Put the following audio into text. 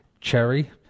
cherry